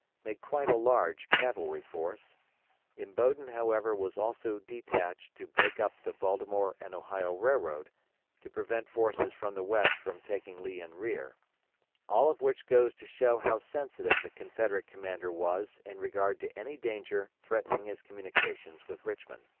made quite a large cavalry force imboden, however, was also detached to break up the baltimore and ohio railroad to prevent forces from the west from taking lee in rear all of which goes to show how sensitive the confederate commander was in regard to any danger threatening his communications with richmond.